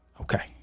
okay